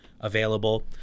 available